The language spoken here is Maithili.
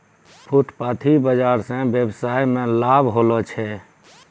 फुटपाटी बाजार स वेवसाय मे लाभ होलो छै